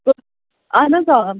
اَہن حَظ آ